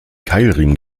keilriemen